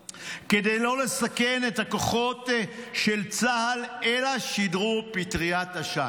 כדי לא לסכן את הכוחות של צה"ל אלא שידרו פטריית עשן.